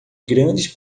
grandes